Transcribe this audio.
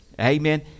Amen